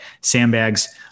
sandbags